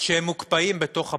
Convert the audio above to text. שהם מוקפאים בתוך הפוליסות,